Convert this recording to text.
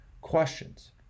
questions